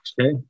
Okay